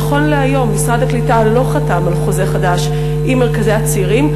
נכון להיום משרד הקליטה לא חתם על חוזה חדש עם מרכזי הצעירים,